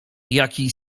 jaki